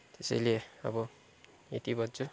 त्यसैले अब यति भन्छु